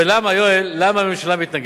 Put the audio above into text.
ולמה, יואל, למה הממשלה מתנגדת?